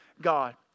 God